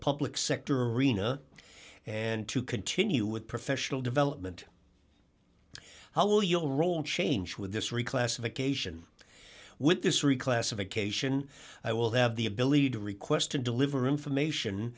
public sector arena and to continue with professional development how will your role change with this reclassification with this reclassification i will have the ability to request and deliver information